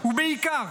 בעיקר